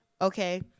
Okay